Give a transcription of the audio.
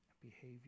behavior